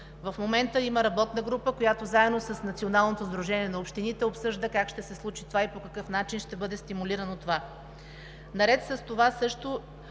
В момента има работна група, която заедно с Националното сдружение на общините обсъжда как ще се случи това и по какъв начин ще бъде стимулирано.